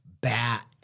bat